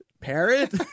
Parrot